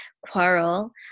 quarrel